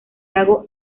lago